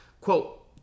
Quote